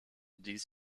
dies